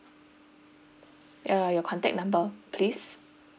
uh your contact number please